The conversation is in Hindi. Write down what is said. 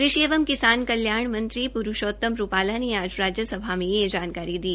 कृषि एवं किसान कल्याण मंत्री पुरूषोतम रूपाला ने आज राज्यसभा में यह जानकारी दी